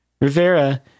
Rivera